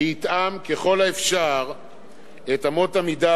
שיתאם ככל האפשר את אמות המידה